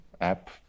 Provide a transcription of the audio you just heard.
app